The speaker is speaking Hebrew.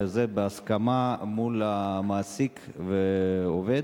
וזה בהסכמה בין המעסיק והעובד.